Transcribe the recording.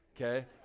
okay